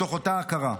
מתוך אותה ההכרה,